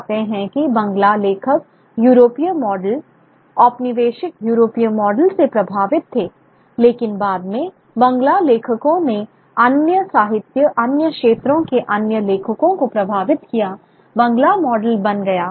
हम पाते हैं कि बंगला लेखक यूरोपीय मॉडल औपनिवेशिक यूरोपीय मॉडल से प्रभावित थे लेकिन बाद में बंगला लेखकों ने अन्य साहित्य अन्य क्षेत्रों के अन्य लेखकों को प्रभावित किया बंगला मॉडल बन गया